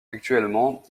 actuellement